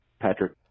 Patrick